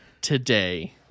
today